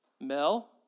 Mel